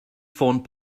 ffôn